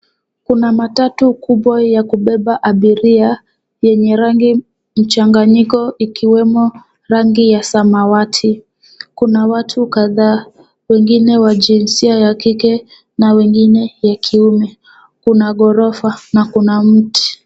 Kuna matatu kubwa ya kubeba abiria, yenye rangi mchanganyiko ikiwemo rangi ya samawati. Kuna watu kadhaa, wengine wa jinsia ya kike na wengine ya kiume. Kuna ghorofa na kuna mti.